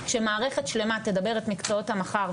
שמערכת שלמה תדבר את מקצועות המח"ר,